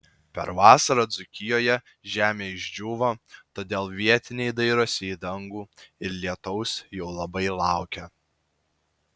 per vasarą dzūkijoje žemė išdžiūvo todėl vietiniai dairosi į dangų ir lietaus jau labai laukia